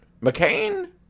McCain